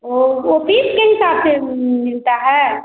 ओह वह पीस के हिसाब से मिलता है